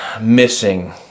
missing